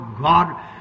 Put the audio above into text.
God